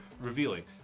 revealing